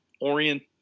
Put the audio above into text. orient